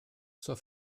zur